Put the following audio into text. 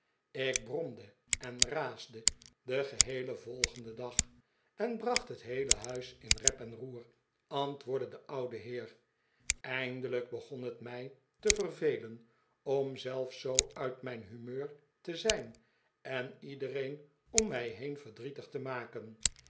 ik bromde en raasde den geheelen volgenden dag en bracht het heele huis in rep en roer antwoordde de oude heer eindelijk begon het mij te vervelen om zelf zoo uit mijn humeur te zijn en iedereen oni mij heen verdrietig te maken